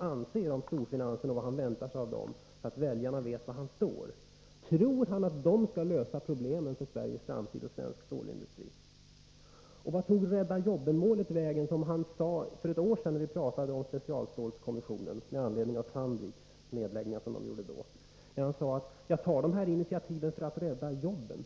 anser om storfinansen och vad han väntar sig av den, så att väljarna vet var han står? Tror industriministern att storfinansen kommer att lösa problemen för Sveriges framtid och för svensk stålindustri? Vart tog ”rädda-jobben-målet” vägen, som industriministern talade om för ett år sedan, då vi diskuterade specialstålskommissionen med anledning av Sandviks nedläggningar vid den tidpunkten? Vid det tillfället sade industriministern: Jag tar de här initiativen för att rädda jobben.